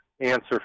answer